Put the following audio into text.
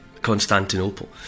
Constantinople